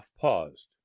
paused